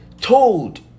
told